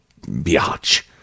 biatch